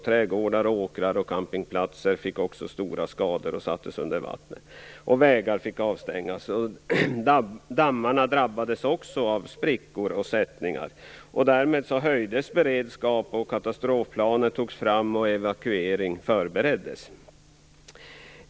Trädgårdar, åkrar och campingplatser fick också stora skador och sattes under vatten. Vägar fick avstängas. Dammarna drabbades av sprickor och sättningar. Därmed höjdes beredskapen. Katastrofplaner togs fram och evakuering förbereddes.